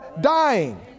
dying